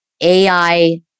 AI